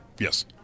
Yes